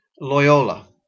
Loyola